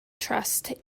trust